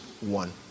one